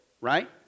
right